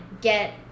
get